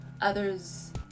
others